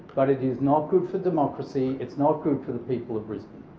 but it is not good for democracy, it's not good for the people of brisbane.